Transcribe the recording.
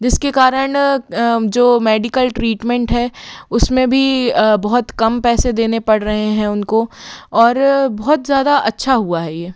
जिसके कारण जो मेडिकल ट्रीटमेंट है उसमें भी बहुत कम पैसे देने पड़ रहे हैं उनको और बहुत ज़्यादा अच्छा हुआ है ये